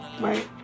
Right